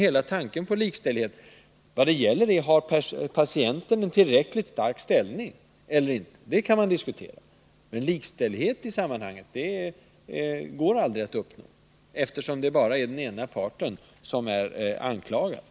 Om patienten har en tillräckligt stark ställning eller inte kan man diskutera, men likställighet i sammanhanget går aldrig att Nr 56 uppnå, eftersom det bara är ena parten som kan bli anklagad.